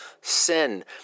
sin